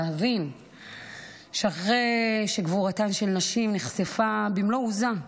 ולהבין שאחרי שגבורתן של נשים נחשפה במלוא עוזה,